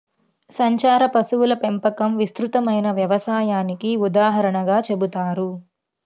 సంచార పశువుల పెంపకం విస్తృతమైన వ్యవసాయానికి ఉదాహరణగా చెబుతారు